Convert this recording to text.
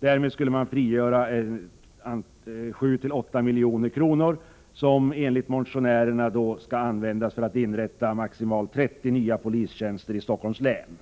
Därmed skulle man frigöra 7-8 milj.kr., som enligt motionärerna skulle kunna användas för att inrätta maximalt 30 nya polistjänster i Stockholms län.